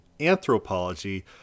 anthropology